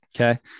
Okay